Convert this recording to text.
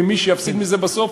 ומי שיפסיד מזה בסוף,